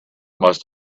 must